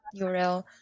URL